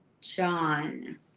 John